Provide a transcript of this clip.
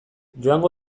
joango